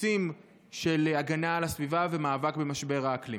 דפוסים של הגנה על הסביבה, ומאבק במשבר האקלים.